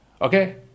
okay